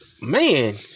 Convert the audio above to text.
man